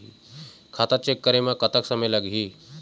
खाता चेक करे म कतक समय लगही?